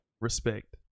respect